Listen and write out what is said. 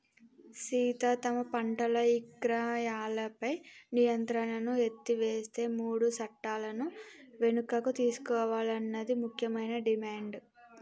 సీత తమ పంటల ఇక్రయాలపై నియంత్రణను ఎత్తివేసే మూడు సట్టాలను వెనుకకు తీసుకోవాలన్నది ముఖ్యమైన డిమాండ్